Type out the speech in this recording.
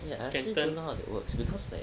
ya I actually don't know how it works because like